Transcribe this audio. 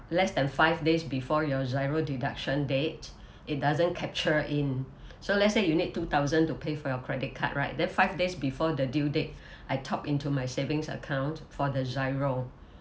less than five days before your GIRO deduction date it doesn't capture in so let's say you need two thousand to pay for your credit card right then five days before the due date I top into my savings account for the GIRO